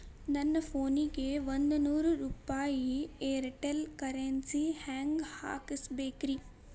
ನನ್ನ ಫೋನಿಗೆ ಒಂದ್ ನೂರು ರೂಪಾಯಿ ಏರ್ಟೆಲ್ ಕರೆನ್ಸಿ ಹೆಂಗ್ ಹಾಕಿಸ್ಬೇಕ್ರಿ?